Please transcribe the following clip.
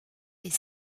est